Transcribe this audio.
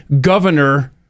governor